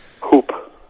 Hoop